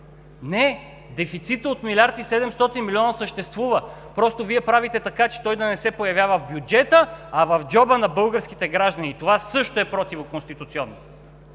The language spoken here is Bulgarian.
Не, дефицитът от милиард и 700 млн. лв. съществува. Просто Вие правите така, че той да не се появява в бюджета, а в джоба на българските граждани. Това също е противоконституционно.